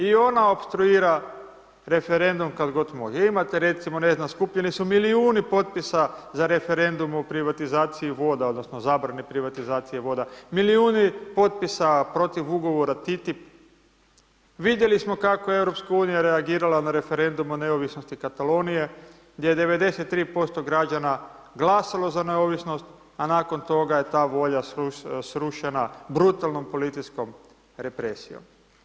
I ona opstruira referendum kad god može. imate recimo ne znam, skupljeni su milijuni potpisa za referendum o privatizaciji voda odnosno zabrane privatizacije voda, milijuni potpisa protiv ugovora, ... vidjeli smo kako je EU reagirala na referendum o neovisnosti Katalonije gdje je 93% građana glasalo za neovisnost a nakon toga je ta volja srušena brutalnom policijskom represijom.